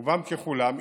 רובם ככולם,